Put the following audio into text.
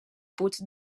puig